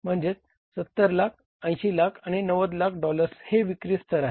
म्हणजे 70 लाख 80 लाख आणि 90 लाख डॉलर्स हे विक्री स्तर आहे